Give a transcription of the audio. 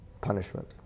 punishment